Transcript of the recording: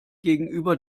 gegenüber